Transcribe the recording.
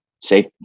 safe